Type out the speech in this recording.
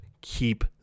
Keep